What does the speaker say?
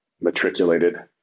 matriculated